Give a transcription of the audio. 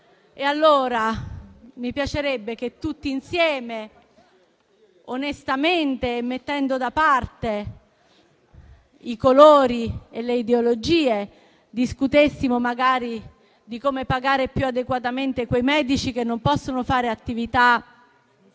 Mi piacerebbe che tutti insieme onestamente, mettendo da parte i colori e le ideologie, discutessimo magari di come pagare più adeguatamente quei medici che non possono fare attività